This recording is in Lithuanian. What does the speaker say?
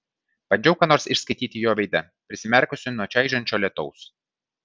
bandžiau ką nors išskaityti jo veide prisimerkusi nuo čaižančio lietaus